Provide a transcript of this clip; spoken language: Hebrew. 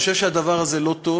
אני חושב שהדבר הזה לא טוב.